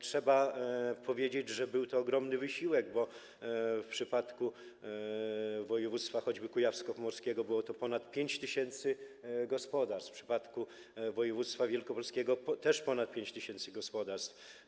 Trzeba powiedzieć, że był to ogromny wysiłek, bo w przypadku choćby województwa kujawsko-pomorskiego było to ponad 5 tys. gospodarstw, w przypadku województwa wielkopolskiego też ponad 5 tys. gospodarstw.